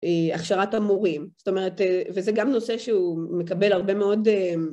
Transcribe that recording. הכשרת המורים, זאת אומרת, וזה גם נושא שהוא מקבל הרבה מאוד